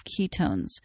ketones